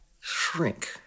shrink